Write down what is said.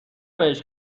بهش